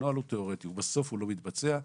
הוא בסוף לא מתבצע.